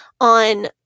on